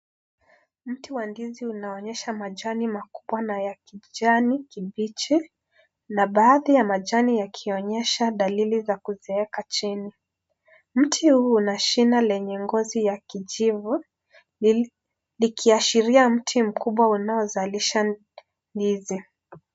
Mti wa ndizi unaonyesha majani makubwa na ya kijani kibichi na baadhi ya majani yakionyesha dalili za kuzeeka chini. Mti huu Una shina lenye ngozi ya kijivu likiashiria mti mkubwa unaozalisha ndizi.